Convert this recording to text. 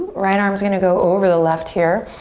right arm's gonna go over the left here.